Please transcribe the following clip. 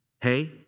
Hey